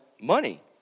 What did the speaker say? money